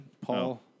Paul